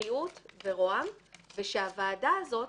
בריאות ומשרד ראש הממשלה, ושהוועדה הזאת